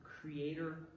creator